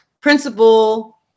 principal